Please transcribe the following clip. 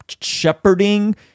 shepherding